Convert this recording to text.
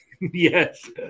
Yes